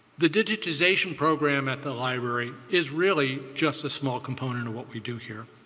the digitization program at the library is really just a small component of what we do here.